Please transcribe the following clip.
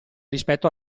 rispetto